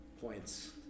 Points